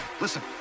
Listen